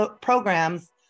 programs